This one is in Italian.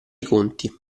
conti